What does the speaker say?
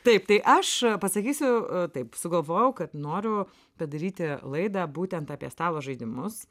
taip tai aš pasakysiu taip sugalvojau kad noriu padaryti laidą būtent apie stalo žaidimus